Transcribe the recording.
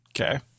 Okay